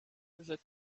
there